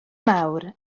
mawr